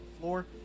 floor